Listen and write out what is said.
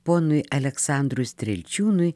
ponui aleksandrui strielčiūnui